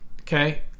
Okay